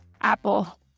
Apple